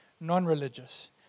non-religious